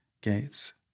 Gates